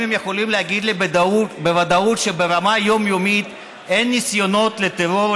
האם הם יכולים להגיד לי בוודאות שברמה היומיומית אין ניסיונות לטרור,